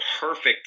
perfect